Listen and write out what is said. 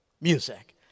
music